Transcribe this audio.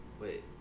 Wait